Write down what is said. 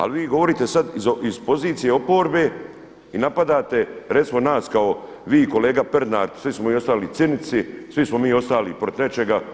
Ali vi govorite sada iz pozicije oporbe i napadate recimo nas kao vi kolega Pernar svi smo mi ostali cinici, svi smo mi ostali protiv nečega.